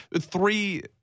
Three